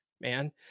man